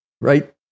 right